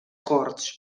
corts